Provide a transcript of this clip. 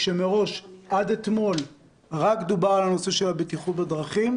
כאשר מראש עד אתמול דובר רק על נושא הבטיחות בדרכים,